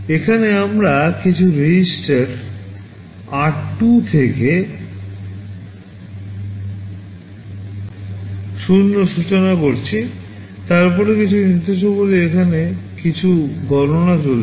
এখানে আমরা কিছু রেজিস্টার আর 2 থেকে 0 সূচনা করছি তারপরে কিছু নির্দেশাবলী এখানে কিছু গণনা চলছে